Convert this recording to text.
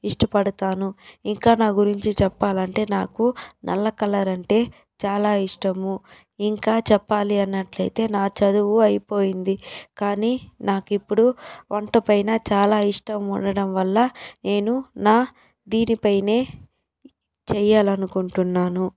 ఇష్టపడతాను ఇంకా నా గురించి చెప్పాలంటే నాకు నల్ల కలర్ అంటే చాలా ఇష్టము ఇంకా చెప్పాలి అన్నట్లయితే నా చదువు అయిపోయింది కానీ నాకిప్పుడు వంటపైన చాలా ఇష్టం ఉండడం వల్ల నేను నా దీనిపైనే చేయాలనుకుంటున్నాను